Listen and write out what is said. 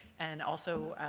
and also